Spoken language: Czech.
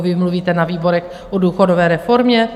Vy mluvíte na výborech o důchodové reformě?